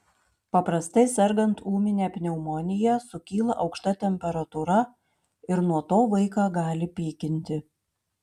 paprastai sergant ūmine pneumonija sukyla aukšta temperatūra ir nuo to vaiką gali pykinti